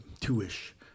two-ish